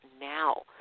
now